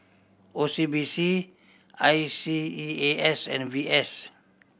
O C B C I C E A S and V S